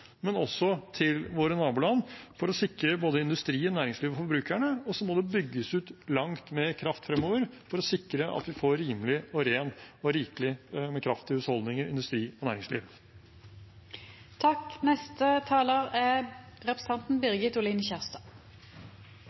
til våre naboland, for å sikre både industrien, næringslivet og forbrukerne. Og så må det bygges ut langt mer kraft fremover for å sikre at vi får rimelig, ren og rikelig kraft til husholdninger, industri og næringsliv. Eg må berre presisere overfor representanten